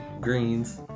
greens